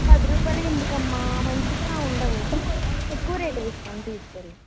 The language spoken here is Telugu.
పది రూపాయలవి ఎందుకమ్మా మంచిగా ఉండవు ఎక్కువ రేటువి ఇస్తాను తీసుకు వెళ్ళు